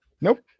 Nope